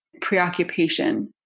preoccupation